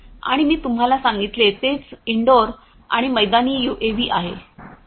आणि मी तुम्हाला सांगितले तेच इनडोअर आणि मैदानी यूएव्ही आहे